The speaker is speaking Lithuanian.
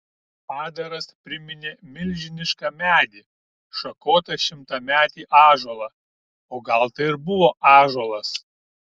padaras priminė milžinišką medį šakotą šimtametį ąžuolą o gal tai ir buvo ąžuolas